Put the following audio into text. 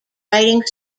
writing